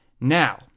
Now